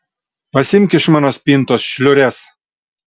pasiimk iš mano spintos šliures